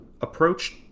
approached